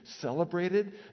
celebrated